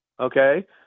okay